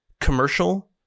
commercial